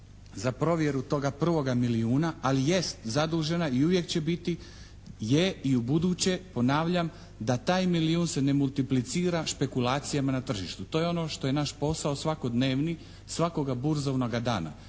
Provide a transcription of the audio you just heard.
za provjeru toga prvoga milijuna, ali jest zadužena i uvijek će biti, je i ubuduće ponavljam, da taj milijun se ne multiplicira špekulacijama na tržištu. To je ono što je naš posao svakodnevni, svakoga burzovnoga dana